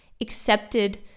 accepted